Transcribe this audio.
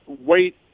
wait